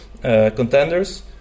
...contenders